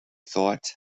thought